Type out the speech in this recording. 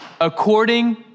According